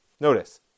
Notice